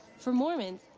for mormons,